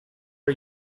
are